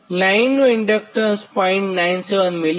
લાઇનનું ઇન્ડક્ટન્સ 0